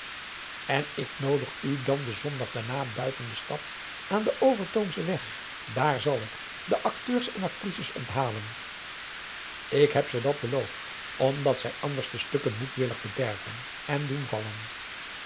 en ik noodig u dan den zondag daarna buiten de stad aan den overtoomschen weg daar zal ik de acteurs en actrices onthalen ik heb ze dat beloofd omdat zij anders de stukken moedwillig bederven en doen vallen